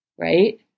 Right